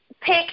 pick